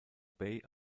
bay